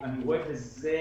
אני רואה בזה,